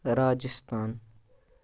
Rajasthan